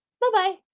Bye-bye